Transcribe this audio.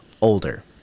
Older